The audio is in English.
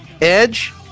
Edge